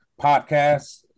podcast